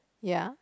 yeah